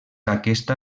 aquesta